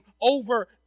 over